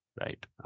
right